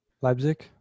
Leipzig